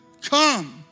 Come